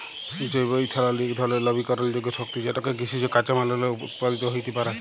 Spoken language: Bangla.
জৈব ইথালল ইক ধরলের লবিকরলযোগ্য শক্তি যেটকে কিসিজ কাঁচামাললে উৎপাদিত হ্যইতে পারে